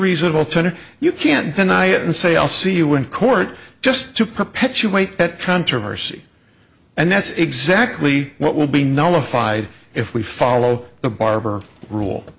reasonable turn you can't deny it and say i'll see you in court just to perpetuate that controversy and that's exactly what will be nullified if we follow the barber rule